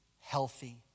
healthy